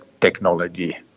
technology